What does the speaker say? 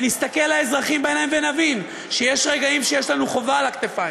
ונסתכל לאזרחים בעיניים ונבין שיש רגעים שיש לנו חובה על הכתפיים,